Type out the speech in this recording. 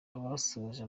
abasoje